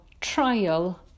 trial